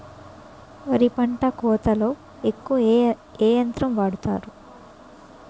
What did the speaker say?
వరి పంట కోతలొ ఎక్కువ ఏ యంత్రం వాడతారు?